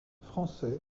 français